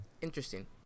interesting